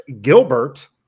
Gilbert